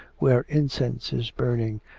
where incense is burning,